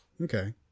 okay